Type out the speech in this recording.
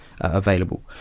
available